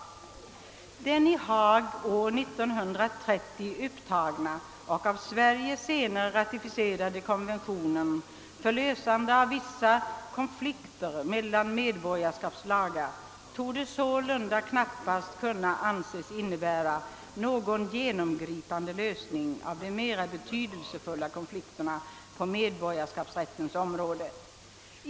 Den i Haag år 1930 antagna och av Sverige senare ratificerade konventionen för lösande av vissa konflikter mellan medborgarskapslagar torde sålunda knappast kunna anses innebära någon genomgripande lösning av de mera betydelsefulla konflikterna på medborgarskapsrättens område.